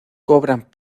cobran